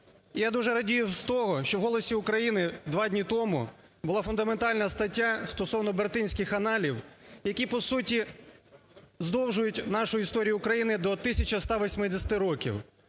Я дуже радію з того, що в "Голосі України" два дні тому була фундаментальна стаття стосовно Бертинських анналів, які по суті, здовжують нашу історію України до 1180 років.